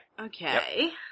Okay